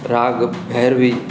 राग भैरवी